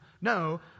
No